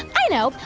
i know.